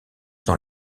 dans